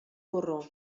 porró